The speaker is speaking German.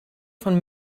von